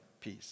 peace